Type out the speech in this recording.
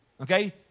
Okay